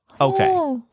Okay